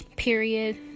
period